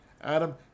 Adam